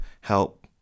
help